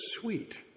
sweet